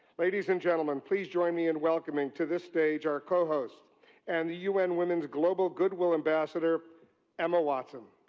ladies and gentlemen, please join me in welcoming to this stage our co-host and the un women's global goodwill ambassador emma watson.